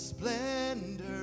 Splendor